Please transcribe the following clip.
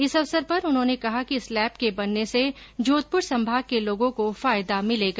इस अवसर पर उन्होंने कहा कि इस लैब के बनने से जोधप्र संभाग के लोगों को फायदा मिलेगा